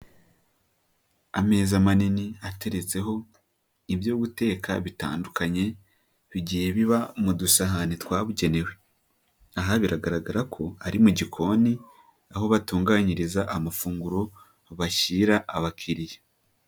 Ameza manini ateretseho ibyo guteka bitandukanye bigiye biba mu dusahane twabugenewe, aha biragaragara ko ari mu gikoni aho batunganyiriza amafunguro bashyira abakiriya.